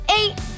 eight